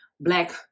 black